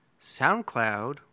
SoundCloud